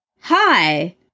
hi